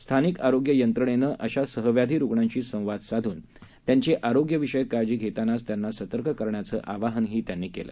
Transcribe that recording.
स्थानिकआरोग्ययंत्रणेनंअशासहव्याधीरुग्णांशीसंवादसाधूनत्यांचीआरोग्यविषयकका ळजीघेतानाचत्यांनासतर्ककरण्याचंआवाहनहीत्यांनीकेलं